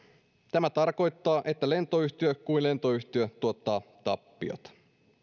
tämä tarkoittaa että lentoyhtiö kuin lentoyhtiö tuottaa tappiota